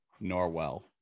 Norwell